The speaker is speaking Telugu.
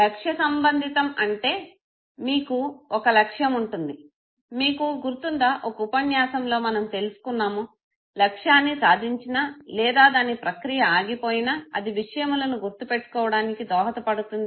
లక్ష్య సంబంధితం అంటే మీకు ఒక లక్ష్యం ఉంటుంది మీకు గుర్తుందా ఒక ఉపన్యాసంలో మనము తెలుసుకున్నాము లక్ష్యాన్ని సాధించినా లేదా దాని ప్రక్రియ ఆగిపోయినా అది విషయములను గుర్తుపెట్టుకోవడానికి దోహద పడుతుంది